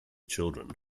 children